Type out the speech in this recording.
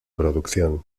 producción